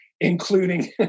including